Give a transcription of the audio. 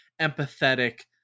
empathetic